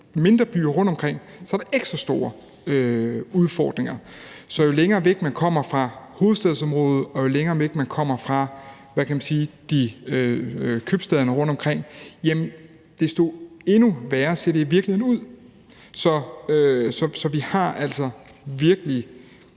mindre byer rundtomkring, er der ekstra store udfordringer. Så jo længere væk man kommer fra hovedstadsområdet, og jo længere væk man kommer fra købstæderne rundtomkring, desto værre ser det i virkeligheden ud. Så vi har altså virkelig